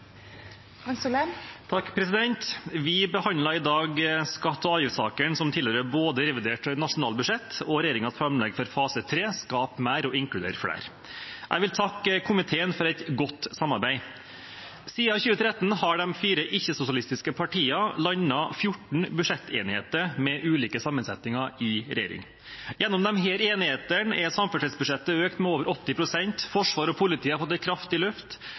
3 minutter. Vi behandler i dag skatte- og avgiftssakene som tilhører både revidert nasjonalbudsjett og regjeringens framlegg for fase 3, om å skape mer og inkludere flere. Jeg vil takke komiteen for et godt samarbeid. Siden 2013 har de fire ikke-sosialistiske partiene landet 14 budsjettenigheter, med ulike sammensetninger i regjering. Gjennom disse enighetene er samferdselsbudsjettet økt med over 80 pst., Forsvaret og politiet har fått et kraftig løft,